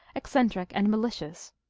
eccentric, and malicious.